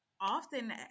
often